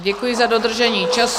Děkuji za dodržení času.